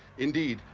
indeed,